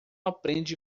aprende